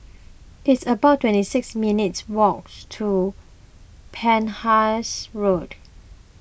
it's about twenty six minutes' walk to Penhas Road